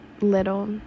little